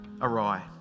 awry